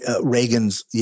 Reagan's